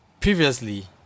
previously